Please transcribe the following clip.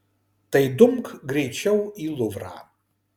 tai dumk greičiau į luvrą